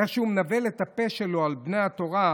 איך שהוא מנבל את הפה שלו על בני התורה,